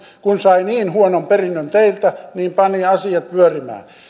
kun sai niin huonon perinnön teiltä niin pani asiat pyörimään